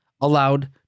allowed